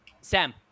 sam